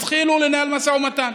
התחילו לנהל משא ומתן.